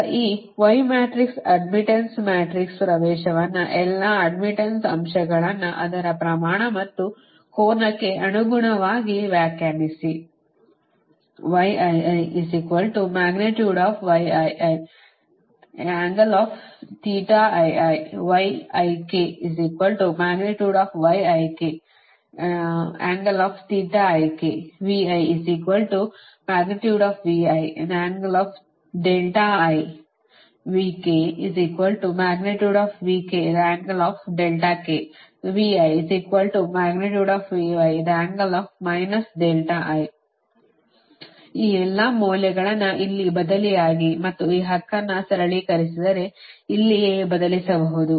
ಈಗ ಈ y matrix admittance matrix ಪ್ರವೇಶವನ್ನು ಎಲ್ಲಾ ಅಡ್ಮಿಟನ್ಸ್ ಅಂಶಗಳನ್ನು ಅದರ ಪ್ರಮಾಣ ಮತ್ತು ಕೋನಕ್ಕೆ ಅನುಗುಣವಾಗಿ ವ್ಯಾಖ್ಯಾನಿಸಿ ಈ ಎಲ್ಲಾ ಮೌಲ್ಯಗಳನ್ನು ಇಲ್ಲಿ ಬದಲಿಯಾಗಿ ಮತ್ತು ಈ ಹಕ್ಕನ್ನು ಸರಳೀಕರಿಸಿದರೆ ಇಲ್ಲಿಯೇ ಬದಲಿಸಬಹುದು